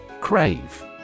Crave